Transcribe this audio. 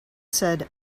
said